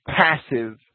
passive